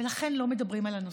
ולכן לא מדברים על הנושא.